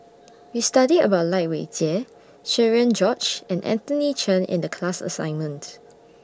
We studied about Lai Weijie Cherian George and Anthony Chen in The class assignment